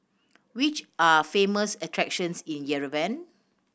which are famous attractions in Yerevan